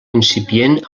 incipient